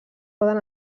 poden